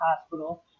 hospital